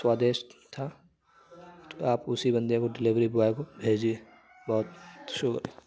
سوادشٹ تھا آپ اسی بندے کو ڈلیوری بوائے کو بھیجیے بہت شکریہ